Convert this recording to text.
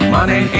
Money